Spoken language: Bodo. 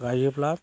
गायोब्ला